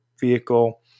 vehicle